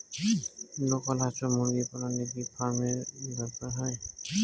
Local হাস বা মুরগি পালনে কি ফার্ম এর দরকার হয়?